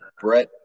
Brett